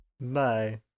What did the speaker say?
Bye